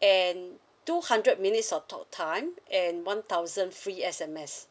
and two hundred minutes of talk time and one thousand free S_M_S